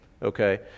Okay